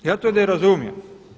Ja to ne razumijem.